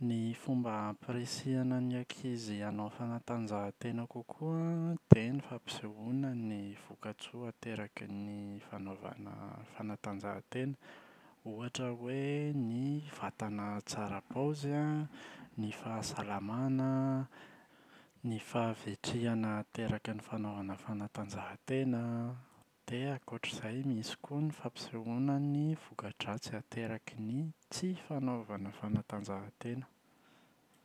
Ny fomba ampirisihana ny ankizy hanao fanatanjahantena kokoa an dia ny fampisehoana ny voka-tsoa ateraky ny fanaovana fanatanjahantena. Ohatra hoe ny vatana tsara paozy an, ny fahasalamana an ny fahavitrihana ateraky ny fanaovana fanatanjahantena an. Dia ankoatra izay misy koa ny fampisehoana ny voka-dratsy ateraky ny tsy fanaovana fanatanjahantena.